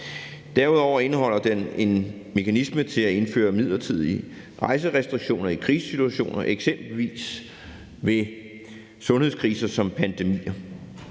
Derudover indeholder den en mekanisme til at indføre midlertidige rejserestriktioner i krigssituationer, eksempelvis ved sundhedskriser som pandemier.